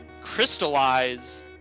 crystallize